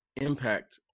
impact